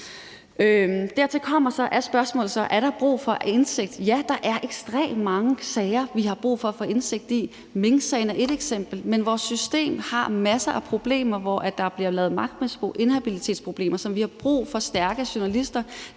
Dertil er spørgsmålet så: Er der brug for indsigt? Ja, der er ekstremt mange sager, vi har brug for at få indsigt i. Minksagen er ét eksempel, men vores system har også en masse andre problemer, hvor der bliver lavet magtmisbrug, inhabilitetsproblemer, som vi har brug for stærke journalister